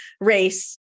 race